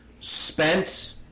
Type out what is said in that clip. Spent